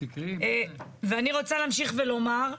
ואני רוצה להמשיך ולומר,